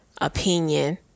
opinion